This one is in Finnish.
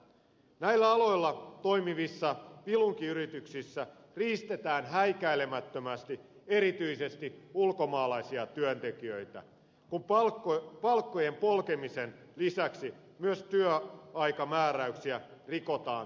näillä aloilla toimivissa vilunkiyrityksissä riistetään häikäilemättömästi erityisesti ulkomaalaisia työntekijöitä kun palkkojen polkemisen lisäksi myös työaikamääräyksiä rikotaan surutta